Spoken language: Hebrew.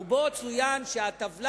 שצוין בה שהטבלה